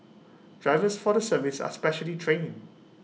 drivers for the service are specially trained